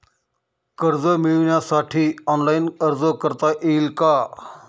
कर्ज मिळविण्यासाठी ऑनलाइन अर्ज करता येईल का?